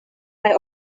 kaj